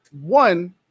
one